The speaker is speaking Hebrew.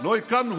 לא הקמנו,